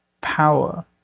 power